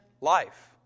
life